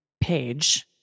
page